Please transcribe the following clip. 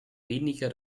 weniger